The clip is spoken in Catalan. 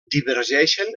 divergeixen